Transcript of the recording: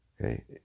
Okay